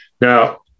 Now